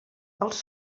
els